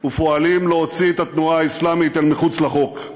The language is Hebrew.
ופועלים להוצאת התנועה האסלאמית אל מחוץ לחוק.